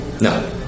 No